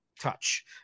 touch